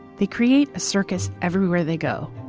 they create a circus everywhere they go,